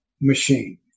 machine